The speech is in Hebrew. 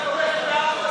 נגד גלעד קריב,